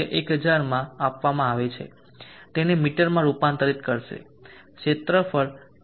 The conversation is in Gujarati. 4 1000 માં આપવામાં આવે છે તેને મીટરમાં રૂપાંતરિત કરશે